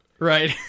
Right